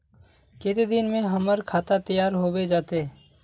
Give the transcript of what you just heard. केते दिन में हमर खाता तैयार होबे जते?